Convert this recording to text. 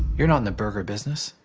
you're not in the burger business.